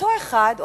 אותו אחד,